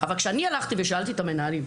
אבל כשאני שאלתי את המנהלים,